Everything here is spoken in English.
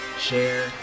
share